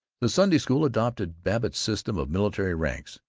the sunday school adopted babbitt's system of military ranks.